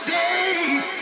days